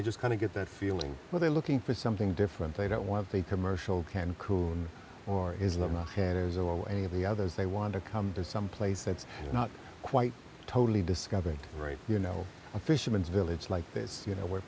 they just kind of get that feeling what they're looking for something different they don't want a commercial can coon or is that my headers or any of the others they want to come to some place that's not quite totally discovered right you know a fisherman's village like this you know where